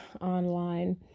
online